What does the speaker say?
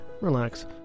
relax